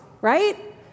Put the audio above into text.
right